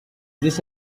this